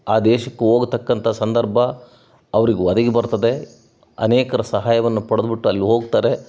ಆ ದೇಶಕ್ಕೆ ಹೋಗ್ತಕ್ಕಂಥ ಸಂದರ್ಭ ಅವ್ರಿಗೆ ಒದಗಿ ಬರ್ತದೆ ಅನೇಕ್ರು ಸಹಾಯವನ್ನು ಪಡೆದ್ಬಿಟ್ಟು ಅಲ್ಲೋಗ್ತಾರೆ